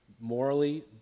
morally